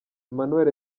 emmanuel